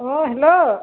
অঁ হেল্ল'